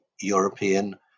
European